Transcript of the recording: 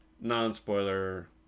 non-spoiler